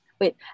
Wait